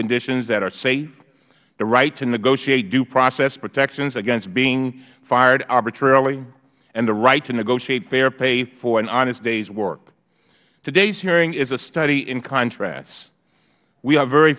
conditions that are safe the right to negotiate due process protections against being fired arbitrarily and the right to negotiate fair pay for an honest days work todays hearing is a study in contrast we are very